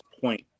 point